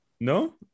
No